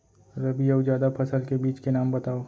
रबि अऊ जादा फसल के बीज के नाम बताव?